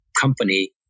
company